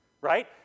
right